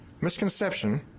misconception